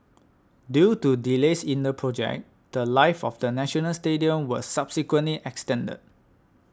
due to delays in the project the Life of the National Stadium was subsequently extended